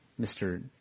Mr